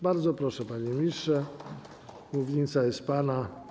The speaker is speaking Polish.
Bardzo proszę, panie ministrze, mównica jest pana.